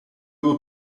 will